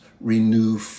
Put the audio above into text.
renew